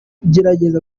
gerageza